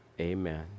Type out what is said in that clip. Amen